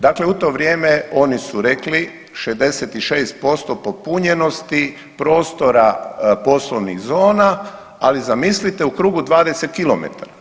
Dakle u to vrijeme oni su rekli, 66% popunjenosti prostora poslovnih zona, ali zamislite u krugu 20 km.